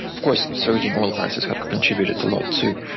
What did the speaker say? of course surging oil prices have contributed a lot too.